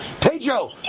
Pedro